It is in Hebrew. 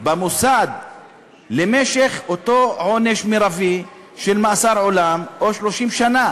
במוסד למשך אותו עונש מרבי של מאסר עולם או 30 שנה.